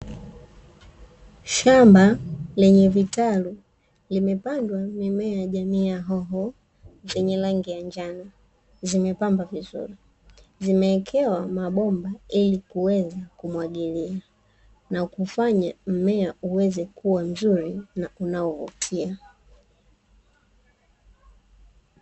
Shamba lenye vitalu limepandwa mimea jamii ya hoho zenye rangi ya njano zimepamba vizuri, zimewekewa mabomba ili kuweza kumwagilia na kufanya mmea uweze kuwa mzuri na unaovutia.